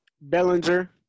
Bellinger